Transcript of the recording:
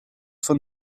von